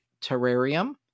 Terrarium